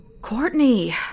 Courtney